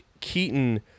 Keaton